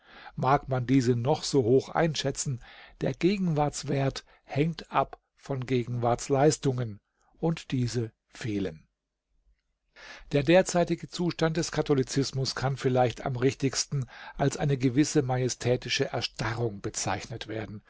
mag man diese noch so hoch einschätzen der gegenwartswert hängt ab von gegenwartsleistungen und diese fehlen der derzeitige zustand des katholizismus kann vielleicht am richtigsten als eine gewisse majestätische erstarrung bezeichnet werden